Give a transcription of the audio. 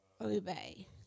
obey